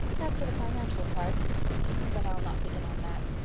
as to the financial part but i'll not begin on that.